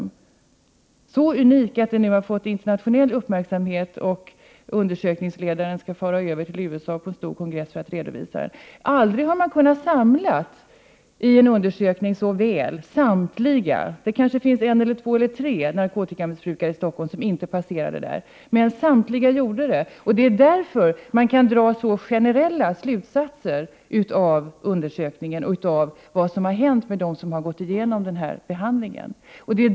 Det gör den så unik att den nu har fått internationell uppmärksamhet och att undersökningsledaren skall fara över till USA för att redovisa den på en stor kongress. Aldrig tidigare har man i en undersökning kunnat samla samtliga narkotikamissbrukare — det kanske finns en, två eller tre narkotikamissbrukare i Stockholm som inte passerade detta LVM-hem. Det är därför man kan dra så generella slutsatser av undersökningen och av vad som har hänt med dem som har genomgått behandlingen.